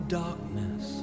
darkness